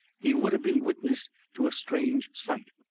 he would have been witness to a strange sight.